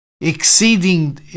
exceeding